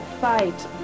fight